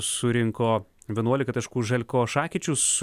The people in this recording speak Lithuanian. surinko vienuolika taškų želkošakičius